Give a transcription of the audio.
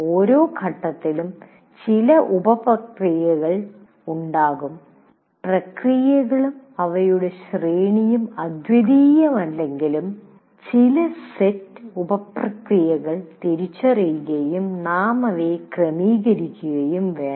ഓരോ ഘട്ടത്തിലും ചില ഉപ പ്രക്രിയകൾ ഉണ്ടാകും പ്രക്രിയകളും അവയുടെ ശ്രേണിയും അദ്വിതീയമല്ലെങ്കിലും ചില സെറ്റ് ഉപപ്രക്രിയകൾ തിരിച്ചറിയുകയും നാം അവയെ ക്രമീകരിക്കുകയും വേണം